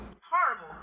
horrible